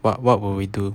but what will we do